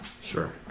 Sure